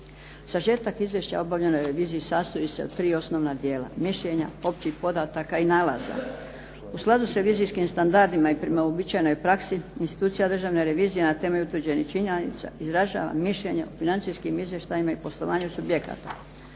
Sažetak izvješća obavljeno u reviziji sastoji se od 3 osnovna dijela, mišljenja, općih podataka i nalaza. U skladu s revizijskim standardima i prema uobičajenoj praksi, institucija državne revizije na temelju utvrđenih činjenica izražava mišljenje o financijskim izvještajima i poslovanju subjekata.